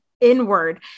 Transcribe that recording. inward